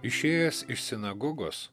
išėjęs iš sinagogos